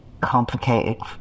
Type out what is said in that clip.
complicated